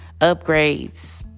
upgrades